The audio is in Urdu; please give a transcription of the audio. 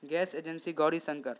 gas agency Gauri Shankar